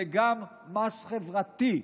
זה גם מס חברתי,